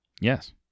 Yes